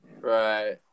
right